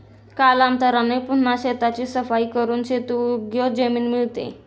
कालांतराने पुन्हा शेताची सफाई करून शेतीयोग्य जमीन मिळते